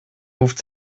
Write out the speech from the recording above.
ruft